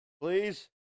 Please